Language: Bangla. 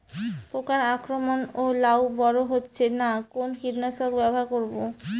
পোকার আক্রমণ এ লাউ বড় হচ্ছে না কোন কীটনাশক ব্যবহার করব?